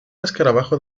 escarabajo